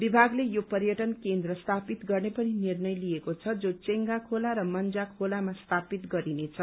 विभागले यो पर्यटन केन्द्र स्थापित गर्ने पनि निर्णय लिएको छ जो चेंगा खोला र मंजा खोलामा स्थापित गरिनेछ